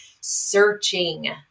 searching